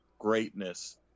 greatness